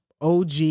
OG